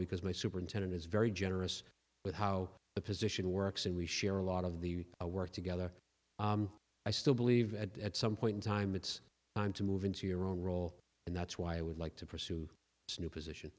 because my superintendent is very generous with how the position works and we share a lot of the work together i still believe at some point in time it's time to move into your own role and that's why i would like to pursue this new position